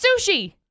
sushi